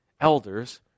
elders